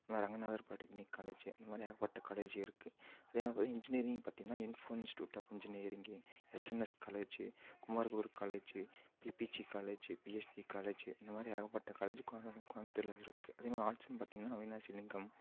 இந்த மாதிரி Ranganathar polytechnic college இந்த மாதிரி ஏகப்பட்ட காலேஜ் இருக்குது அதே மாதிரி பார்த்தி இன்ஜினியரிங் பார்த்திங்கன்னா info institute of engineering SNS college Kumaraguru college PPG college PSB college இந்த மாதிரி ஏகப்பட்ட காலேஜ் கோயம் கோயம்புத்தூர்ல இருக்குது அதே மாதிரி ஆர்ட்ஸ்னு பார்த்திங்கன்னா அவிநாசி லிங்கம்